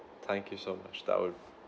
thank you so much that would